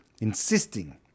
insisting